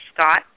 Scott